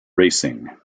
racing